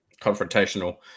confrontational